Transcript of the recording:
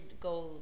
go